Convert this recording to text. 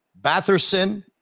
Batherson